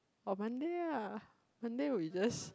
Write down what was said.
or Monday ah Monday we just